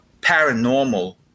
paranormal